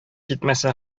җитмәсә